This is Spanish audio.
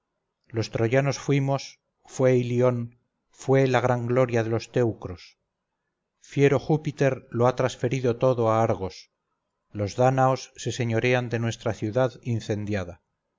los troyanos fuimos fue ilión fue la gran gloria de los teucros fiero júpiter lo ha transferido todo a argos los dánaos se señorean de nuestra ciudad incendiada